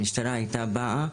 המשטרה הייתה באה,